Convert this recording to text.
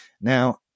now